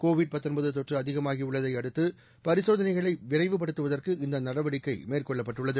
Covid தொற்று அதிகமாகியுள்ளதையடுத்து பரிசோதனைகளை விரிவுப்படுத்துவதற்கு இந்த நடவடிக்கை மேற்கொள்ளப்பட்டுள்ளது